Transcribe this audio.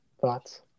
Thoughts